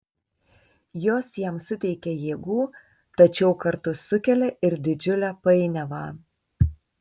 jos jam suteikia jėgų tačiau kartu sukelia ir didžiulę painiavą